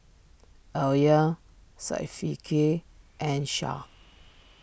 Alya Syafiqah and Shah